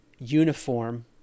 uniform